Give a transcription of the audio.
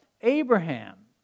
Abraham